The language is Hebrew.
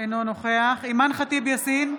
אינו נוכח אימאן ח'טיב יאסין,